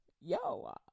yo